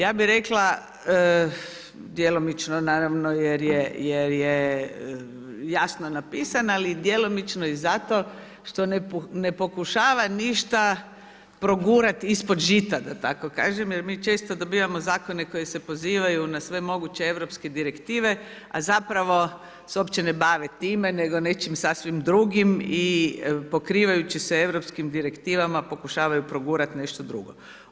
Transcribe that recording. Ja bi rekla djelomično, naravno jer je jasno napisan, ali i djelomično i zato, što ne pokušava ništa progurati ispod žita, da tako kažem, jer mi često dobivamo zakone koji se pozivaju na sve moguće europske direktive, a zapravo se uopće ne bave time, nego nečim sasvim drugim i pokrivajući se europskim direktivama, pokušavaju progurati nešto drugo.